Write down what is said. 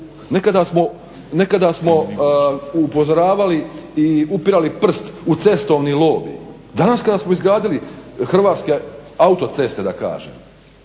Nekada smo upozoravali i upirali prst u cestovni lobij, danas kada smo izgradili hrvatske autoceste da kažem